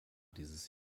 dieses